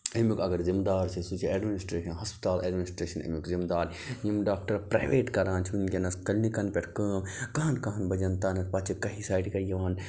اَمیُک اَگر زِمہٕ دار چھِ سُہ چھِ اٮ۪ڈمِنِشٹرٛیشَن ہَسپتال اٮ۪ڈمِنِشٹرٛیشَن اَمیُک زِمہٕ دار یِم ڈاکٹر پرٛایویٹ کران چھِ وٕنۍکٮ۪نَس کِلنِکَن پٮ۪ٹھ کٲم کَہَن کَہَن بَجَن تامَتھ پتہٕ چھِ کَہہِ ساڑِ کَہہِ یِوان